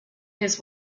his